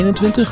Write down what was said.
21